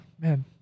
man